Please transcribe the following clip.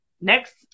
next